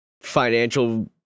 financial